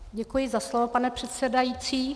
Děkuji za slovo, pane předsedající.